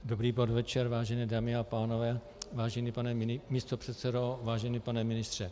Dobrý podvečer, vážené dámy a pánové, vážený pane místopředsedo, vážený pane ministře.